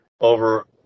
over